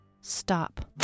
Stop